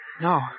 No